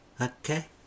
Okay